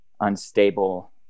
unstable